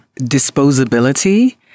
disposability